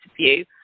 view